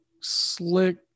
Slick